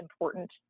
important